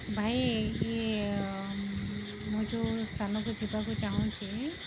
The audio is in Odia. ଭାଇ ଇଏ ମୁଁ ଯୋଉ ସ୍ଥାନକୁ ଯିବାକୁ ଚାହୁଁଛି